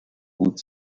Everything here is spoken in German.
gut